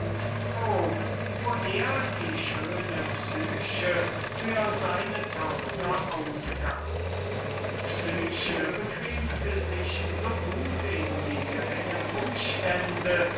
wo er sie weil sie alle unbekannt waren für seine tochter ausgeben konnte psyche bequemte sich so gut in die schlechten umstände